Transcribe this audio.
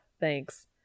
thanks